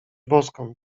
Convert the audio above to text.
boską